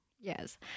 Yes